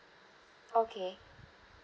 okay